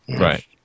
Right